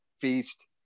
feast